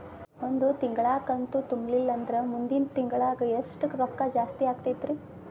ಒಂದು ತಿಂಗಳಾ ಕಂತು ತುಂಬಲಿಲ್ಲಂದ್ರ ಮುಂದಿನ ತಿಂಗಳಾ ಎಷ್ಟ ರೊಕ್ಕ ಜಾಸ್ತಿ ಆಗತೈತ್ರಿ?